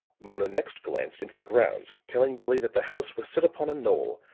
mona next glanced into the grounds, telling billie that the house was set upon a knoll,